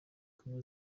kumwe